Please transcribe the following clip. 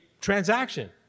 transaction